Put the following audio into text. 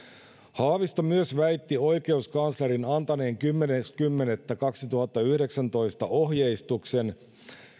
haavisto myös väitti oikeuskanslerin antaneen kymmenes kymmenettä kaksituhattayhdeksäntoista ohjeistuksen